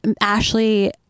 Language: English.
Ashley